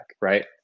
right